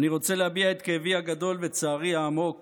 אני רוצה להביע את כאבי הגדול וצערי העמוק